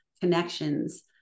connections